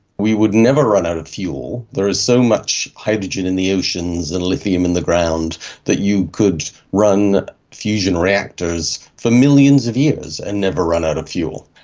we would never run out of fuel. there is so much hydrogen in the oceans and lithium in the ground that you could run fusion reactors for millions of years and never run out of fuel.